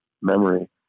memory